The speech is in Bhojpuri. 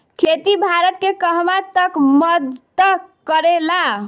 खेती भारत के कहवा तक मदत करे ला?